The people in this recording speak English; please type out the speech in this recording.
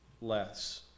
less